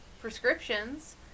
prescriptions